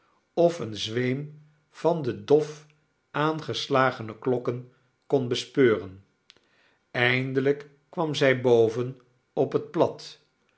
of een zweem van de dof aangeslagene klokken kon bespeuren eindelijk kwam zij boven op het plat